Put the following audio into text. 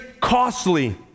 costly